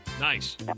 Nice